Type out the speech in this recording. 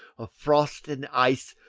of frost and ice,